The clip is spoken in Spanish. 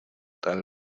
tal